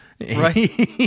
Right